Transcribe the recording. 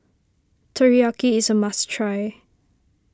Teriyaki is a must try